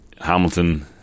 Hamilton